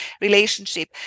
relationship